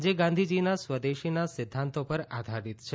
જે ગાંધીજીના સ્વદેશીના સિધ્ધાંતો પર આધારીત છે